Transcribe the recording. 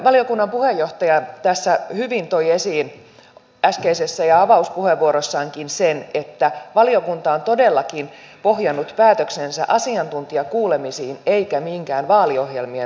valiokunnan puheenjohtaja hyvin toi esiin äskeisessä ja avauspuheenvuorossaankin sen että valiokunta on todellakin pohjannut päätöksensä asiantuntijakuulemisiin eikä minkään vaaliohjelmien lukemiseen